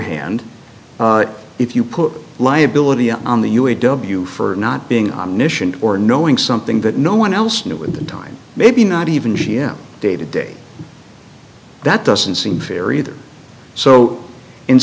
hand if you put liability on the u a w for not being omniscient or knowing something that no one else knew at the time maybe not even g m day to day that doesn't seem fair either so in